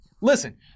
listen